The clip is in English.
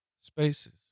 spaces